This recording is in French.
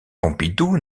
pompidou